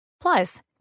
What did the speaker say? Plus